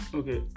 okay